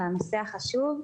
על הנושא החשוב.